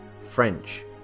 French